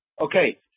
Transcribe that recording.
Okay